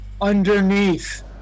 underneath